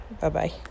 Bye-bye